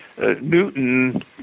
Newton